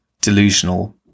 delusional